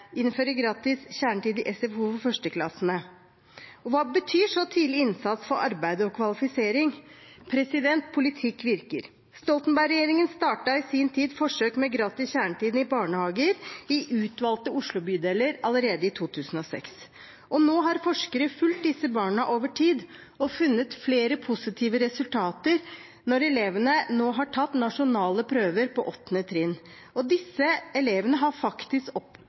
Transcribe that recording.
SFO for førsteklassingene. Og hva betyr så tidlig innsats for arbeid og kvalifisering? Politikk virker. Stoltenberg-regjeringen startet i sin tid forsøk med gratis kjernetid i barnehager i utvalgte Oslo-bydeler allerede i 2006, og nå har forskere fulgt disse barna over tid og funnet flere positive resultater når elevene nå har tatt nasjonale prøver på 8. trinn. Disse elevene har faktisk